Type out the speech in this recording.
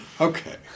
okay